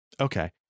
Okay